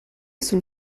sul